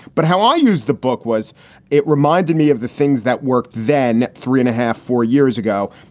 but how i used the book was it reminded me of the things that worked then three and a half, four years ago.